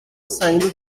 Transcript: saindo